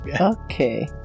okay